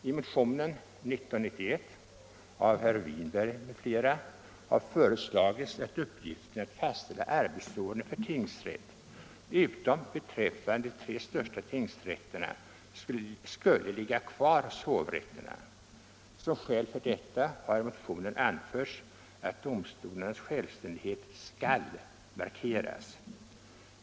I motionen 1991 av herr Winberg m.fl. har föreslagits att uppgiften att fastställa arbetsordning för tingsrätt, utom beträffande de tre största tingsrätterna, skulle ligga kvar hos hovrätterna. Som skäl för detta har i motionen anförts att domstolarnas självständighet skall markeras.